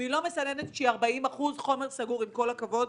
והיא לא מסננת כשהיא 40% חומר סגור, עם כל הכבוד.